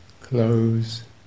close